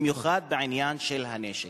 במיוחד בעניין של הנשק.